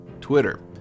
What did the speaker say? Twitter